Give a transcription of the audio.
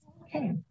Okay